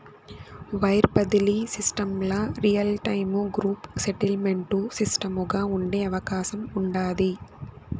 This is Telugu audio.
వైర్ బడిలీ సిస్టమ్ల రియల్టైము గ్రూప్ సెటిల్మెంటు సిస్టముగా ఉండే అవకాశం ఉండాది